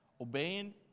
Obeying